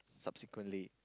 subsequently